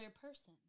person